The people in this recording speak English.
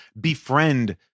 befriend